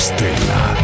Stella